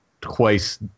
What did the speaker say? twice